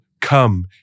come